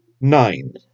nine